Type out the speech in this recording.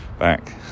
back